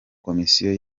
komisiyo